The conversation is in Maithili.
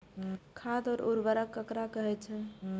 खाद और उर्वरक ककरा कहे छः?